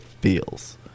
feels